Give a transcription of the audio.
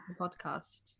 podcast